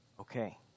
Okay